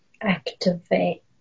Activate